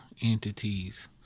entities